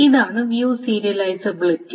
ഇതാണ് view serializability